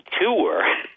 tour